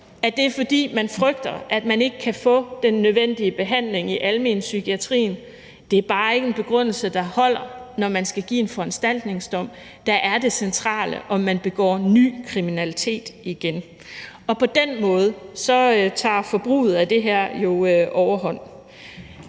at det er, fordi man frygter, at man ikke kan få den nødvendige behandling i almenpsykiatrien, men det er bare ikke en begrundelse, der holder, når man skal give en foranstaltningdom – der er det centrale, om man begår ny kriminalitet. På den måde tager brugen af det her jo overhånd.